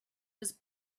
was